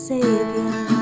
Savior